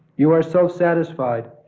you are self-satisfied,